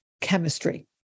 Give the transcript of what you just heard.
chemistry